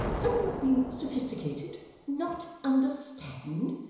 have you not been sophisticated? not understand?